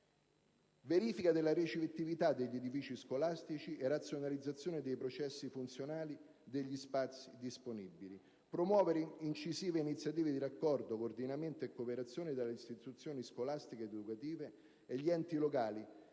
verifica della ricettività degli edifici scolastici e razionalizzazione dei processi funzionali e degli spazi disponibili; la promozione di incisive iniziative di raccordo, coordinamento e cooperazione tra le istituzioni scolastiche ed educative e gli enti locali,